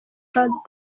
about